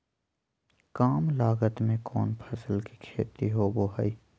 काम लागत में कौन फसल के खेती होबो हाय?